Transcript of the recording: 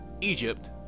Egypt